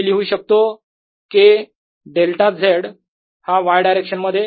मी लिहू शकतो K delta Z हा Y डायरेक्शन मध्ये